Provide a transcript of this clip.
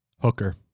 Hooker